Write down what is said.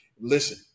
Listen